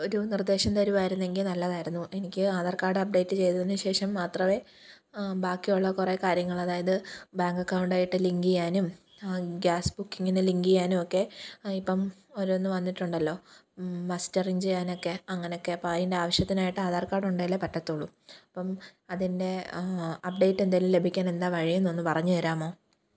ഒരു നിർദേശം തരുമായിരുന്നെങ്കില് നല്ലതായിരുന്നു എനിക്ക് ആധാർ കാർഡ് അപ്ഡേറ്റ് ചെയ്തതിന് ശേഷം മാത്രമേ ബാക്കി ഉള്ള കുറേ കാര്യങ്ങള് അതായത് ബാങ്ക് അക്കൗണ്ടായിട്ട് ലിങ്കിയ്യാനും ഗ്യാസ് ബുക്കിങ്ങിന് ലിങ്കിയ്യാനുമൊക്കെ ആ ഇപ്പോള് ഓരോന്ന് വന്നിട്ടുണ്ടല്ലോ മസ്റ്ററിങ് ചെയ്യാനൊക്കെ അങ്ങനൊക്കെ അപ്പോള് അതിൻ്റെ ആവശ്യത്തിനായിട്ട് ആധാർ കാർഡ് ഉണ്ടായാലെ പറ്റത്തുള്ളു അപ്പോള് അതിൻ്റെ അപ്ഡേറ്റ് എന്തേലും ലഭിക്കാൻ എന്താണു വഴിയെന്നൊന്ന് പറഞ്ഞുതരാമോ